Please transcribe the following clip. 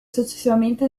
successivamente